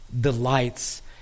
delights